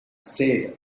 stayed